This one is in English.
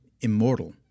immortal